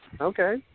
Okay